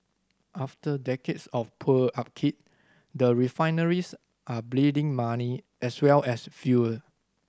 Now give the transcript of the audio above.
after decades of poor upkeep the refineries are bleeding money as well as fuel